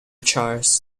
charles